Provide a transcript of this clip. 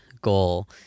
goal